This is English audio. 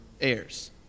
heirs